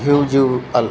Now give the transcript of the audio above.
visual